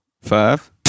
Five